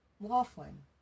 Laughlin